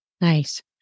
nice